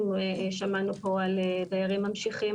שמענו פה על דיירים ממשיכים,